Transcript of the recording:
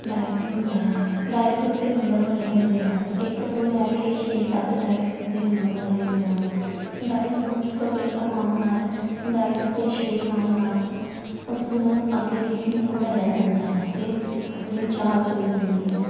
dais ਹੁੰਦਾ ਹੈ dice ਉੱਤੇ ਨੰਬਰ ਬਣੇ ਹੁੰਦੇ ਹਨ ਇੱਕ ਤੋਂ ਲੈ ਕੇ ਛੇ ਤੱਕ ਡਾਇਸ ਉੱਤੇ ਨੰਬਰ ਬਣੇ ਹੁੰਦੇ ਹਨ ਇਸ ਨੂੰ ਚੁੱਕ ਕੇ ਘੁੰਮਾਉਣ ਨਾਲ ਡਾਇਸ 'ਤੇ ਛੇ ਆਉਣ ਨਾਲ ਉਸ ਨੂੰ ਅੱਗੇ ਗੀਟੀ ਨੂੰ ਵਧਾਇਆ ਜਾਂਦਾ ਹੈ ਅਤੇ ਆਪਣੀ ਚਾਲ ਚੱਲੀ ਜਾਂਦੀ ਹੈ